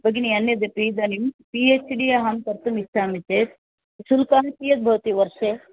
भगिनि अन्यदपि इदानीं पि एच् डि अहं कर्तुम् इच्छामि चेत् शुल्कं कियद् भवति वर्षे